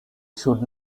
should